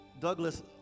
Douglas